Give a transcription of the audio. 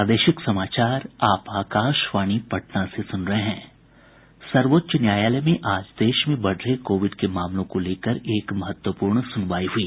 सर्वोच्च न्यायालय में आज देश में बढ़ रहे कोविड के मामलों को लेकर एक महत्वपूर्ण सुनवाई हुई